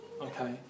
Okay